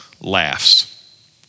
laughs